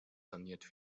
saniert